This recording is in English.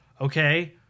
okay